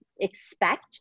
expect